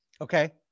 okay